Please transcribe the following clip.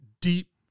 deep